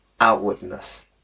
outwardness